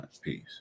Peace